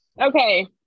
Okay